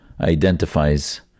identifies